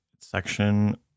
section